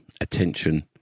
attention